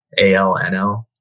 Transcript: ALNL